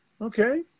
okay